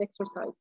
exercise